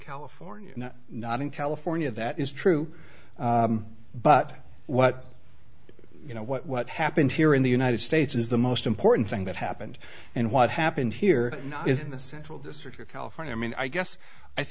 california not in california that is true but what you know what happened here in the united states is the most important thing that happened and what happened here is the central district of california i mean i guess i